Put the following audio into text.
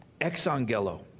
Exangelo